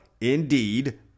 indeed